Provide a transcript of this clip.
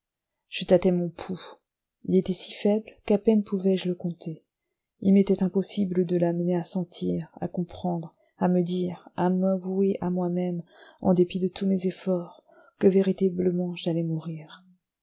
je tâtai mon pouls il était si faible qu'à peine pouvais-je le compter il m'était impossible de m'amener à sentir à comprendre à me dire à m'avouer à moi-même en dépit de tous mes efforts que véritablement j'allais mourir